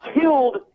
killed